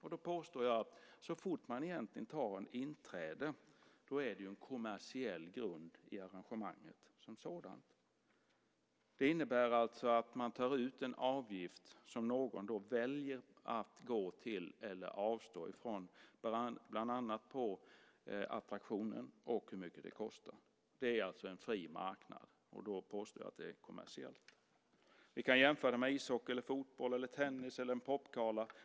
Jag påstår att så fort man tar inträde är det en kommersiell grund i arrangemanget som sådant. Det innebär att man tar ut en avgift som någon väljer att betala eller avstå från. Det beror på attraktionen och på hur mycket det kostar. Det är en fri marknad. Då påstår jag att det är kommersiellt. Vi kan jämföra det med ishockey, fotboll, tennis eller en popgala.